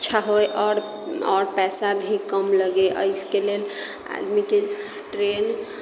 अच्छा होइ आओर आओर पैसा भी कम लगै आओर इसके लेल आदमीके ट्रेन